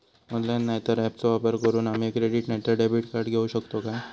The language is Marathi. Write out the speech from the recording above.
ऑनलाइन नाय तर ऍपचो वापर करून आम्ही क्रेडिट नाय तर डेबिट कार्ड घेऊ शकतो का?